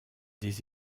des